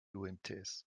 umts